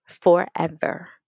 forever